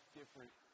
different